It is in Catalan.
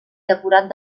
decorat